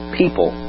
people